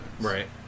Right